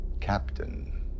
Captain